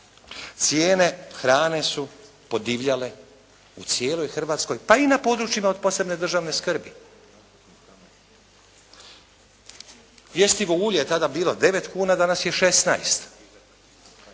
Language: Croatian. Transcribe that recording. Cijene hrane su podivljale u cijeloj Hrvatskoj pa i na područjima od posebne državne skrbi. Jestivo ulje je tada bilo 9 kuna a danas je 16.